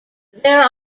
there